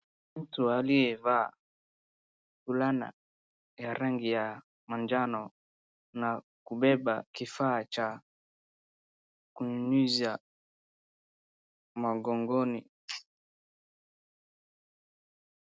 Mtu aliyevaa fulana ya rangi ya manjano na kubeba kifaa cha kunyunyuza mgongoni.